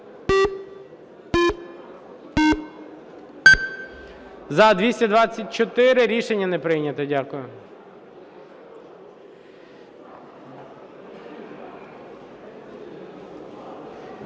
За-224 Рішення не прийнято. Дякую.